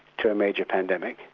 to a major pandemic,